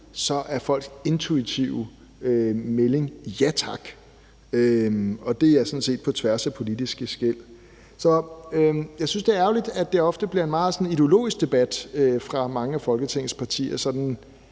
så er folks intuitive melding at sige ja tak, og det sådan set på tværs af politiske skel. Jeg synes, det er ærgerligt, at det ofte bliver en meget ideologisk debat fra mange af folketingets partier,